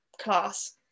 class